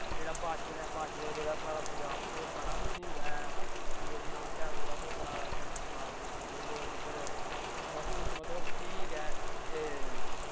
फिर जेह्ड़ा बाज्जरा ऐ बाज्जरा साढ़े पंज़ाब च बड़ा मश्हूर ऐ जेह्ड़ी मक्क ऐ ओह्दा ढोडा कन्नै साग खंदा उध्दर लोग ते सब कुश मतलव ठीक ऐ ते